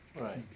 Right